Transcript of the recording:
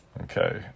Okay